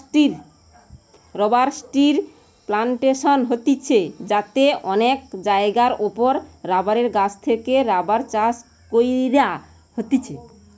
rubber ট্রির plantation হতিছে যাতে অনেক জায়গার ওপরে রাবার গাছ থেকে রাবার চাষ কইরা হতিছে